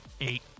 eight